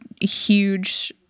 huge